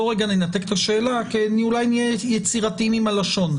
בואי רגע ננתק את השאלה כי אולי נהיה יצירתיים עם הלשון.